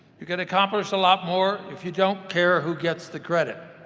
you can accomplish a lot more if you don't care who gets the credit.